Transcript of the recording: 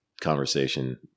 conversation